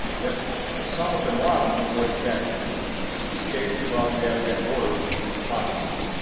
yet osama bin laden avoided capture and escaped across the afghan border into pakistan.